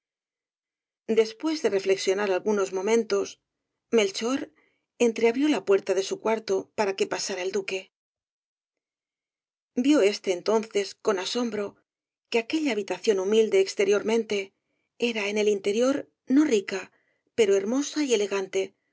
después de reflexionar algunos momentos melchor entreabrió la puerta de su cuarto para que pasara el duque vio éste entonces con asombro que aquella habitación humilde exteriormente era en el interior no rica pero hermosa y elegante